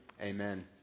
Amen